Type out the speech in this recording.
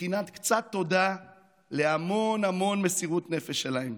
מבחינת קצת תודה להמון המון מסירות נפש שלהם.